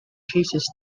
chases